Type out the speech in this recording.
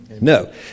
No